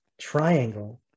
triangle